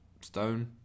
Stone